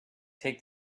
take